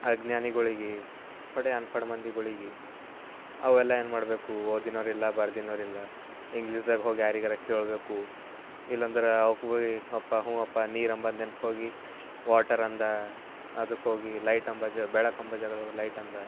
ಅಜ್ಞಾನಿಗಳಿಗೆ ಥೋಡೆ ಅನ್ಗಡ್ ಮಂದಿಗಳಿಗೆ ಅವೆಲ್ಲ ಏನು ಮಾಡಬೇಕು ಓದಿದವ್ರಿಲ್ಲ ಬರ್ದಿದವ್ರಿಲ್ಲ ಇಂಗ್ಲೀಷ್ದಾಗ ಹೋಗಿ ಯಾರಿಗಾರ ಕೇಳಬೇಕು ಇಲ್ಲಂದ್ರೆ ಅವಕ್ಕೆ ಭೀ ಅಪ್ಪ ಹ್ಞೂ ಅಪ್ಪ ನೀರು ಅಂಬುದು ನೆನ್ಪು ಹೋಗಿ ವಾಟರ್ ಅಂದ ಅದಕ್ಕೆ ಹೋಗಿ ಲೈಟ್ ಎಂಬ ಜ್ ಬೆಳಕು ಎಂಬ ಜಾಗದಾಗ ಲೈಟ್ ಅಂದ